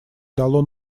дало